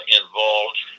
involved